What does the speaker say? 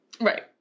Right